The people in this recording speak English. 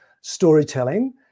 storytelling